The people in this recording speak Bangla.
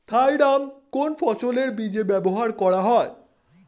থাইরাম কোন ফসলের বীজে ব্যবহার করা হয়?